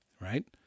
Right